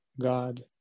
God